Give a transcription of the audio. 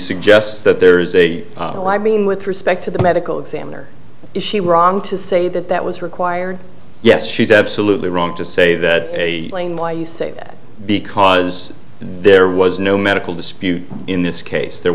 suggests that there is a little i mean with respect to the medical examiner is she wrong to say that that was required yes she's absolutely wrong to say that a plain lie you say that because there was no medical dispute in this case there